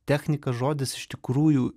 technika žodis iš tikrųjų